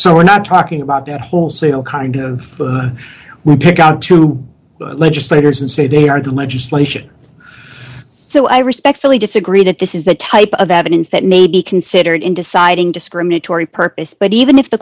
so we're not talking about their wholesale kind of take out to legislators and say they are the legislation so i respectfully disagree that this is the type of evidence that may be considered in deciding discriminatory purpose but even if the